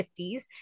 50s